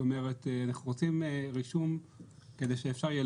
אנחנו רוצים רישום כדי שאפשר יהיה